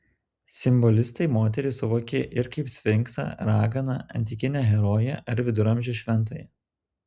simbolistai moterį suvokė ir kaip sfinksą raganą antikinę heroję ar viduramžių šventąją